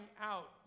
out